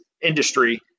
industry